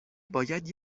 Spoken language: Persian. باید